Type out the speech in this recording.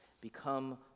become